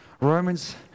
Romans